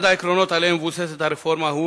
אחד העקרונות שעליהם מבוססת הרפורמה הוא